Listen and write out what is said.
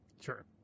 Sure